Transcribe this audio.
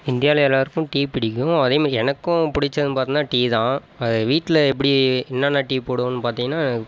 இந்தியாவில் எல்லோருக்கும் டீ பிடிக்கும் அதேமாதிரி எனக்கும் பிடிச்சதுனா பார்த்தன்னா டீ தான் அது வீட்டில் எப்படி என்னென்ன டீ போடுவோன்னு பார்த்தீங்கன்னா